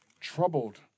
troubled